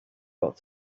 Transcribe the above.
got